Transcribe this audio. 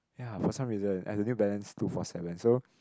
ya for some reason and the New Balance two four seven so